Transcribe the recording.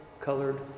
colored